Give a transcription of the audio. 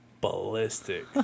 ballistic